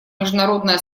международное